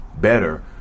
better